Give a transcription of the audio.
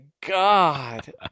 God